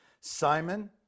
Simon